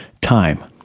time